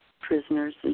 prisoners